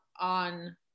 on